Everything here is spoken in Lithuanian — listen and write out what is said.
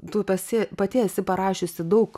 tu pasi pati esi parašiusi daug